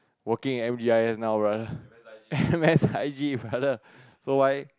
working in M G I S now brother M S I G brother